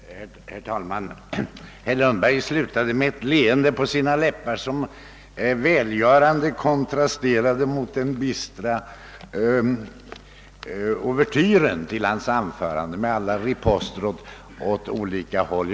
Herr talman! Herr Lundberg slutade med ett leende på sina läppar som välgörande kontrasterade mot den bistra ouvertyren till hans anförande med alla riposter åt olika håll.